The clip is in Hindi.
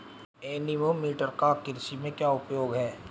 एनीमोमीटर का कृषि में क्या उपयोग है?